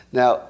now